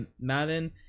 Madden